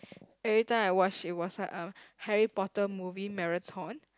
every time I watch it was like uh Harry Porter movie marathon